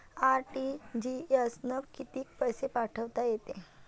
RTGS न कितीक पैसे पाठवता येते?